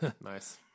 Nice